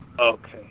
Okay